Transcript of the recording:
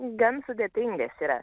gan sudėtingas yra